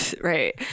Right